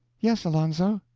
yes, alonzo.